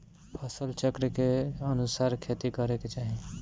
फसल चक्र के अनुसार खेती करे के चाही